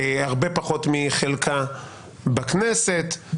הרבה פחות מחלקה בכנסת.